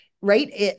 right